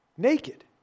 naked